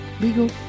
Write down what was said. legal